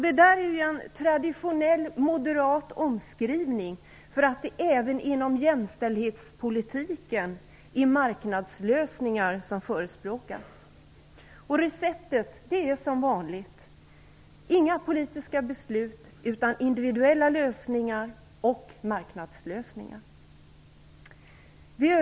Detta är en traditionell moderat omskrivning för att det även inom jämställdhetspolitiken är marknadslösningar som förespråkas. Receptet är som vanligt inga politiska beslut utan individuella lösningar och marknadslösningar.